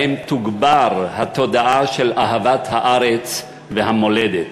שבהם תוגבר התודעה של אהבת הארץ והמולדת.